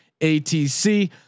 atc